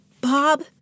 Bob